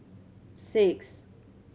six